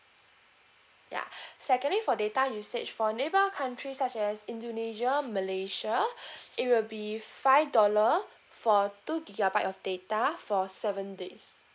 ya secondly for data usage for neighbor countries such as indonesia malaysia it will be five dollar for two gigabyte of data for seven days